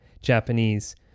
japanese